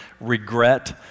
regret